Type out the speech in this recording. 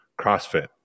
crossfit